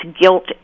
guilt